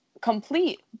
complete